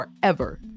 forever